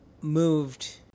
moved